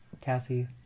Cassie